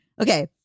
Okay